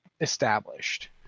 established